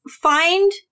find